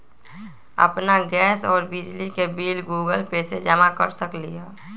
अपन गैस और बिजली के बिल गूगल पे से जमा कर सकलीहल?